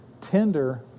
tender